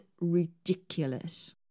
ridiculous